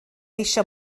eisiau